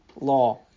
law